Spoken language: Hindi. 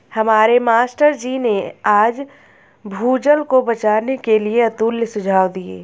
हमारे मास्टर जी ने आज भूजल को बचाने के लिए अतुल्य सुझाव दिए